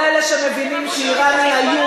כל אלה שמבינים שאירן היא האיום,